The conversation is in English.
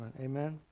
Amen